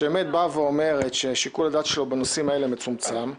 שאומרת ששיקול הדעת שלו בנושאים האלה מצומצם,